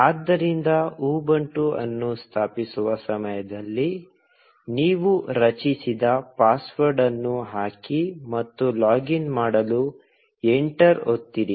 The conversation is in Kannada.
ಆದ್ದರಿಂದ ಉಬುಂಟು ಅನ್ನು ಸ್ಥಾಪಿಸುವ ಸಮಯದಲ್ಲಿ ನೀವು ರಚಿಸಿದ ಪಾಸ್ವರ್ಡ್ ಅನ್ನು ಹಾಕಿ ಮತ್ತು ಲಾಗಿನ್ ಮಾಡಲು ಎಂಟರ್ ಒತ್ತಿರಿ